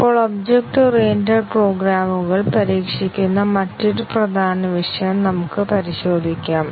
ഇപ്പോൾ object oriented പ്രോഗ്രാമുകൾ പരീക്ഷിക്കുന്ന മറ്റൊരു പ്രധാന വിഷയം നമുക്ക് പരിശോധിക്കാം